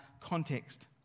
context